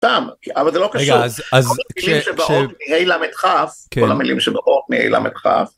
אבל זה לא קשור מילים שבאות מילים שבאות מ-ה', ל', כ', כל המילים שבאות מ-ה', ל', כ'